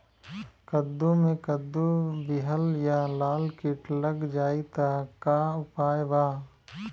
कद्दू मे कद्दू विहल या लाल कीट लग जाइ त का उपाय बा?